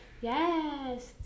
Yes